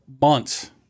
months